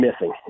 missing